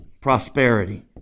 prosperity